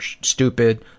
stupid